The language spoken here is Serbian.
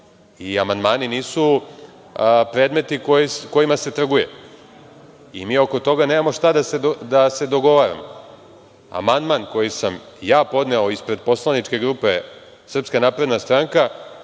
i amandmani nisu predmeti kojima se trguje i mi oko toga nemamo šta da se dogovaramo. Amandman koji sam ja podneo ispred poslaničke grupe SNS sadržinski